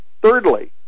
Thirdly